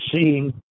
seeing